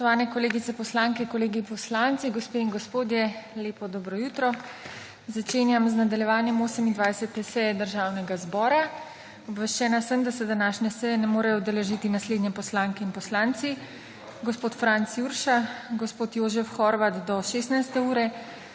Spoštovani kolegice poslanke, kolegi poslanci, gospe in gospodje, lepo dobro jutro! Začenjam nadaljevanje 28. seje Državnega zbora. Obveščena sem, da se današnje seje ne morejo udeležiti naslednje poslanke in poslanci: Franc Jurša, Jožef Horvat do 16. ure,